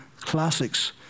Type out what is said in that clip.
classics